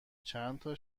چندتا